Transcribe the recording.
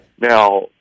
Now